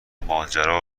ماجرا